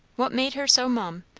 what made her so mum?